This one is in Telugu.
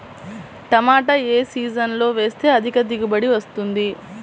టమాటా ఏ సీజన్లో వేస్తే అధిక దిగుబడి వస్తుంది?